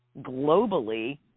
globally